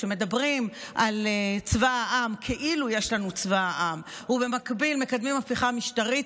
כשמדברים על צבא העם כאילו יש לנו צבא העם ובמקביל מקדמים הפיכה משטרית,